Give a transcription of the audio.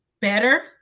better